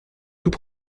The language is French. tout